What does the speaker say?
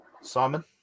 Simon